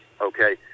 Okay